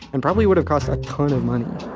and probably would've cost a ton of money